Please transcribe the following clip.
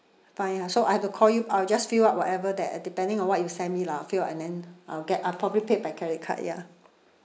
fine ah so I have to call you I will just fill up whatever that depending on what you send me lah fill up and then I'll get I'll probably paid by credit card ya